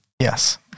Yes